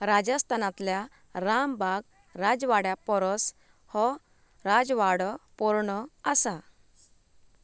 राजस्थानांतल्या रामबाग राजवाड्या परोस हो राजवाडो परणो आसा